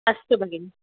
अस्तु भगिनि